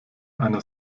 einer